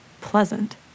pleasant